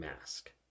mask